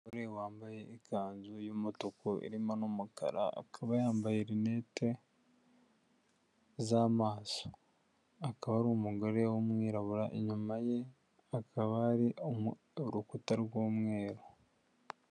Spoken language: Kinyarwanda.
Umugore wambaye ikanzu y'umutuku irimo n'umukara, akaba yambaye rinete z'amaso akaba ari umugore w'umwirabura inyuma ye hakaba hari urukuta rw'umweru.